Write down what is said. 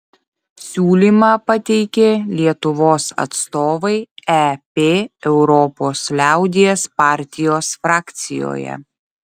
siūlymą pateikė lietuvos atstovai ep europos liaudies partijos frakcijoje